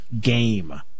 game